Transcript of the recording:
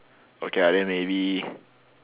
okay ah then maybe